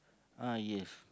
ah yes